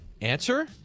Answer